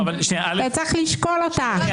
אתה צריך לשקול אותה.